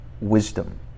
wisdom